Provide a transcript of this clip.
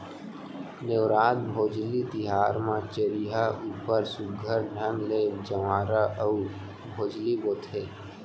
नेवरात, भोजली तिहार म चरिहा ऊपर सुग्घर ढंग ले जंवारा अउ भोजली बोथें